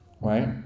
right